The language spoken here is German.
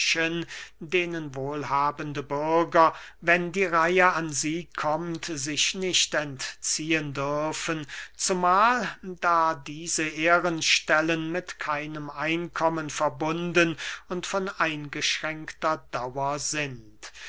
denen wohlhabende bürger wenn die reihe an sie kommt sich nicht entziehen dürfen zumahl da diese ehrenstellen mit keinem einkommen verbunden und von eingeschränkter dauer sind